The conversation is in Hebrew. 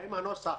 האם הנוסח